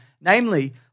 namely